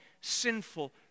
sinful